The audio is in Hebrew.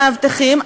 מאבטחים,